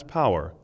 power